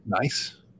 Nice